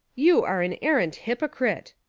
you are an arrant hypocrite.